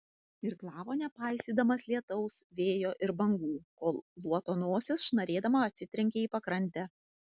irklavo nepaisydamas lietaus vėjo ir bangų kol luoto nosis šnarėdama atsitrenkė į pakrantę